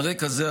על רקע זה,